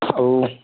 ଆଉ